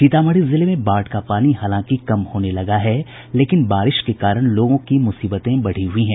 सीतामढ़ी जिले में बाढ़ का पानी हालांकि कम होने लगा है लेकिन बारिश के कारण लोगों की मुसीबतें बढ़ी हुई हैं